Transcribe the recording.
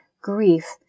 grief